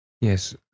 Yes